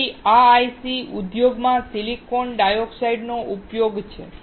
તેથી આ IC ઉદ્યોગમાં સિલિકોન ડાયોક્સાઇડનો ઉપયોગ છે